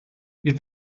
wir